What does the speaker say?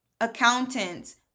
accountants